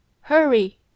Hurry